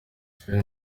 israel